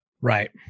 Right